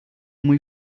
muy